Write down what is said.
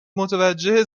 متوجه